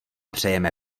přejeme